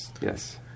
yes